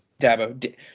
Dabo